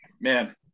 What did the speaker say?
Man